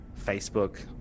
Facebook